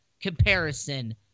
comparison